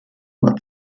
war